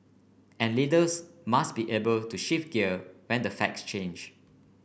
and leaders must be able to shift gear when the facts change